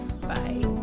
bye